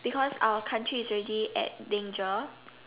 because our country is already at danger